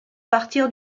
partir